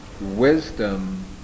wisdom